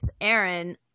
aaron